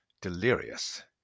delirious